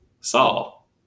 Saul